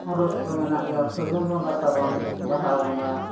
ᱨᱟᱹᱥᱠᱟᱹ ᱢᱮᱱᱟᱜ ᱜᱮᱭᱟ ᱯᱷᱟᱹᱜᱩᱱ ᱵᱚᱸᱜᱟ ᱛᱟᱵᱚᱱ ᱵᱟᱦᱟ ᱵᱚᱸᱜᱟ